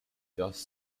just